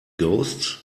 ghosts